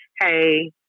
Hey